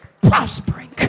prospering